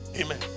Amen